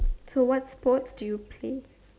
so what sports do you play